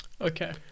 Okay